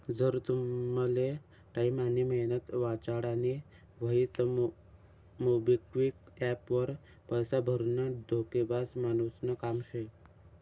जर तुमले टाईम आनी मेहनत वाचाडानी व्हयी तं मोबिक्विक एप्प वर पैसा भरनं डोकेबाज मानुसनं काम शे